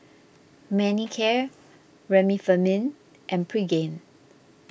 Manicare Remifemin and Pregain